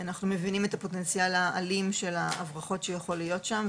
אנחנו מבינים את הפוטנציאל האלים של הברחות שיכול להיות שם,